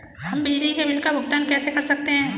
हम बिजली के बिल का भुगतान कैसे कर सकते हैं?